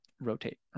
rotate